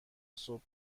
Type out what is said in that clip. صبح